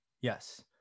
Yes